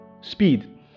speed